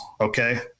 okay